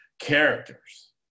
characters